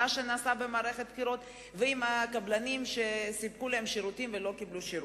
שנעשתה במערכת הבחירות ועם הקבלנים שסיפקו להם שירותים ולא קיבלו שירות.